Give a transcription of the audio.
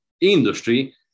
industry